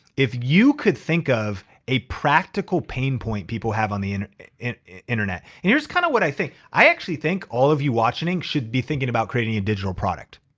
if you could think of a practical pain point people have on the and and internet. and here's kinda what i think, i actually think all of you watching should be thinking about creating a digital product.